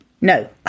No